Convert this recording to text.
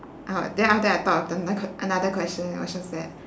oh then after that I thought of another question it was just that